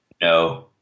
No